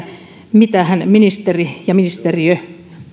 mitähän ministeri ja ministeriö